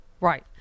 Right